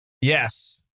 Yes